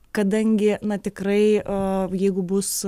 kadangi na tikrai a jeigu bus